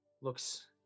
looks